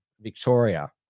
Victoria